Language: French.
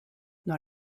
dans